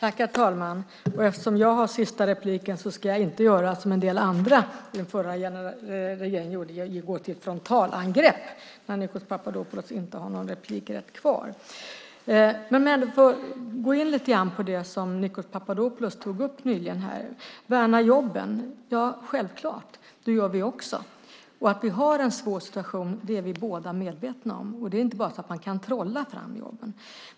Herr talman! Nu när jag har sista repliken ska jag inte göra som en del i den förra regeringen gjorde och gå till frontalangrepp när Nikos Papadopoulos inte har någon replikrätt. Jag ska gå in lite på det som Nikos Papadopoulos tog upp här nyss. Att värna jobben - självklart, det gör vi också. Att vi har en svår situation är vi båda medvetna om. Det är inte så att man kan trolla fram jobben.